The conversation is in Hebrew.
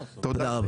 תודה רבה.